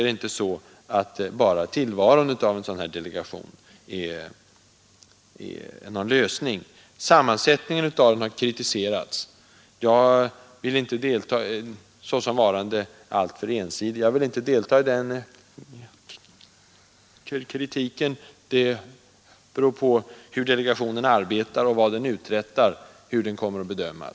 Jag vill inte delta i den kritiken. Hur delegationen bör bedömas beror på hur den arbetar och vad den uträttar.